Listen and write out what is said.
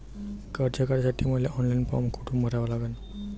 कर्ज काढासाठी मले ऑनलाईन फारम कोठून भरावा लागन?